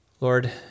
Lord